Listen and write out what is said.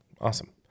awesome